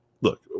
look